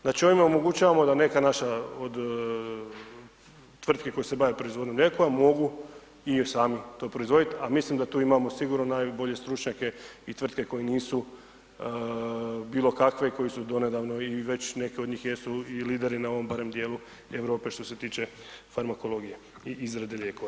Znači, ovime omogućavamo da neka naša od tvrtke koje se bave proizvodnje lijekova, mogu i sami to proizvoditi, a mislim da tu imamo sigurno najbolje stručnjake i tvrtke koje nisu bilo kakve koji su donedavno i već neke od njih jesu i lideri, na ovom barem dijelu Europe, što se tiče farmakologije i izrade lijekova.